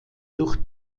durch